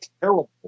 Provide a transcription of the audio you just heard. terrible